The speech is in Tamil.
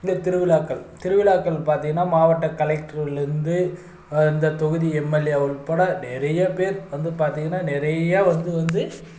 இந்த திருவிழாக்கள் திருவிழாக்கள் பார்த்திங்கன்னா மாவட்ட கலெக்டர்லேருந்து இந்த தொகுதி எம்எல்ஏ உட்பட நிறைய பேர் வந்து பார்த்திங்கன்னா நிறைய வந்து வந்து